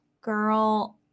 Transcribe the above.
girl